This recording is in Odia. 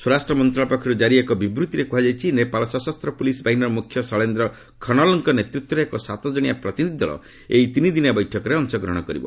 ସ୍ୱରାଷ୍ଟ୍ର ମନ୍ତ୍ରଣାଳୟ ପକ୍ଷରୁ ଜାରି ଏକ ବିବୂଭିରେ କୁହାଯାଇଛି ନେପାଳ ସଶସ୍ତ ପୁଲିସ୍ ବାହିନୀର ମୁଖ୍ୟ ଶୈଳେନ୍ଦ୍ର ଖନଲ୍ଙ୍କ ନେତୃତ୍ୱରେ ଏକ ସାତଜଣିଆ ପ୍ରତିନିଧି ଦଳ ଏହି ତିନିଦିନିଆ ବୈଠକରେ ଅଂଶଗ୍ରହଣ କରିବ